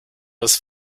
was